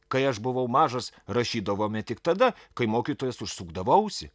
kai aš buvau mažas rašydavome tik tada kai mokytojas užsukdavo ausį